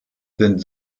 sind